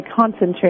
concentrate